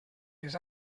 les